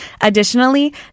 Additionally